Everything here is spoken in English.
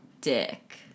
dick